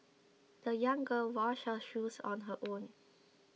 the young girl washed her shoes on her own